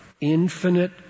infinite